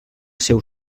seu